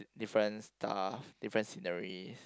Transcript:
different stuff different scenery